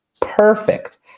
perfect